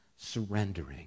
surrendering